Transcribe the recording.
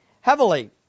heavily